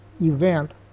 event